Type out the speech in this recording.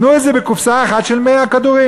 תנו את זה בקופסה אחת של 100 כדורים.